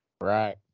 Right